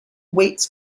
weights